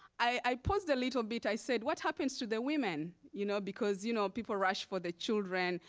i paused a little bit. i said, what happens to the women, you know because you know people rush for the children.